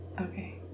Okay